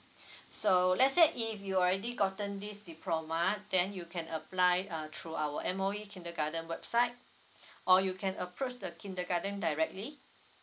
so let's say if you already gotten this diploma then you can apply uh through our M_O_E kindergarten website or you can approach the kindergarten directly